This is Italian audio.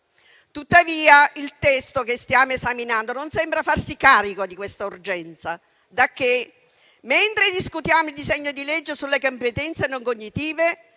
Tuttavia, il testo che stiamo esaminando non sembra farsi carico di questa urgenza, dacché, mentre discutiamo il disegno di legge sulle competenze non cognitive,